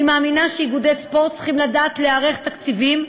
אני מאמינה שאיגודי ספורט צריכים לדעת להיערך תקציבית,